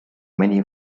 many